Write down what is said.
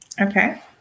okay